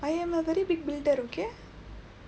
I'm a very big builder okay